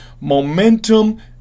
Momentum